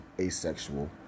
asexual